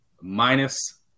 minus